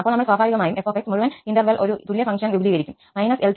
അപ്പോൾ നമ്മൾ സ്വാഭാവികമായും 𝑓𝑥 മുഴുവൻ ഇന്റർവെൽ ഒരു തുല്യഫങ്ക്ഷന് വിപുലീകരിക്കും −𝐿 𝐿